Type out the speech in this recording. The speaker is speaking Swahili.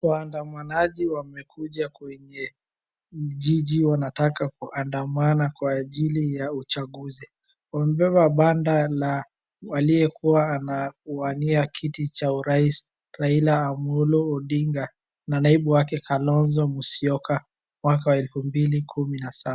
Waandamanaji wamekuja kwenye jiji wanataka kuandamana kwa ajili ya uchaguzi. Wamebeba banda la aliyekuwa anawania kiti cha urais Raila Amolo Odinga na naibu wake Kalonzo Musyoka mwaka wa elfu mbili kumi na saba.